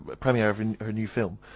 but premiere of and her new film,